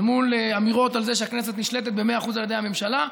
אל מול אמירות על זה שהכנסת נשלטת במאה אחוזים על ידי הממשלה,